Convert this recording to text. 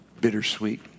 bittersweet